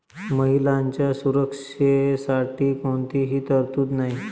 महिलांच्या सुरक्षेसाठी कोणतीही तरतूद नाही